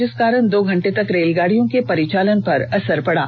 इसके कारण दो घंटे तक रेलगाड़ियों के परिचालन पर असर पड़ा